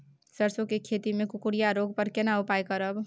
सरसो के खेती मे कुकुरिया रोग पर केना उपाय करब?